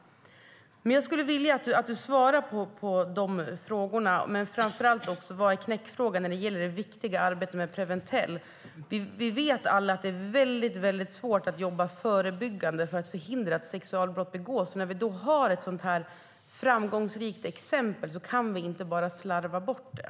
Jag skulle vilja att du svarade på de frågorna, Maria Arnholm, och framför allt när det gäller vad som är knäckfrågan i det viktiga arbetet med Preventell. Vi vet alla att det är väldigt svårt att jobba förebyggande för att förhindra att sexualbrott begås. När vi då har ett så framgångsrikt exempel kan vi inte bara slarva bort det.